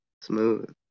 Smooth